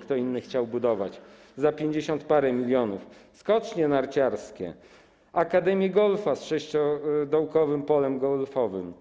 Kto inny chciał budować stadion hokejowy za pięćdziesiąt parę milionów, skocznie narciarskie, akademię golfa z 6-dołkowym polem golfowym,